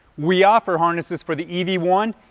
we offer harnesses for the e v one,